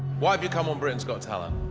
why have you come on britain's got talent